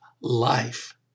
life